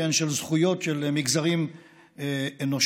של זכויות של מגזרים אנושיים,